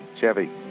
Chevy